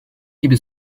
gibi